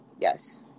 Yes